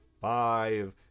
five